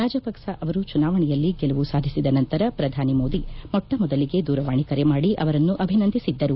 ರಾಜಪಕ್ಸ ಅವರು ಚುನಾವಣೆಯಲ್ಲಿ ಗೆಲುವು ಸಾಧಿಸಿದ ನಂತರ ಪ್ರಧಾನಿ ಮೋದಿ ಮೊಟ್ಟಮೊದಲಿಗೆ ದೂರವಾಣಿ ಕರೆ ಮಾಡಿ ಅವರನ್ನು ಅಭಿನಂದಿಸಿದ್ದರು